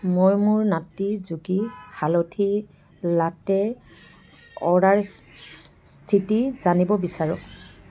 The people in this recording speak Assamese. মই মোৰ নাটী যোগী হালধি লাটেৰ অৰ্ডাৰৰ স্থিতি জানিব বিচাৰোঁ